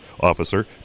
officer